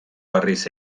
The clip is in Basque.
harriz